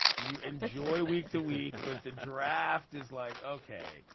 you enjoy week to week. but the draft is, like, ok,